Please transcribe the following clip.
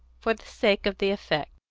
for the sake of the effect.